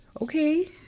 okay